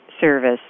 service